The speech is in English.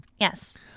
Yes